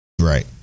Right